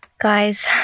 Guys